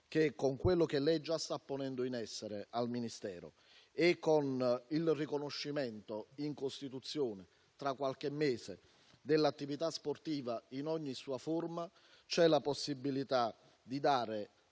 che con quello che lei già sta ponendo in essere presso il Ministero e con il riconoscimento in Costituzione tra qualche mese dell'attività sportiva in ogni sua forma, ci sarà la possibilità di dare